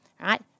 right